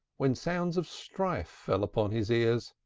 when sounds of strife fell upon his ears.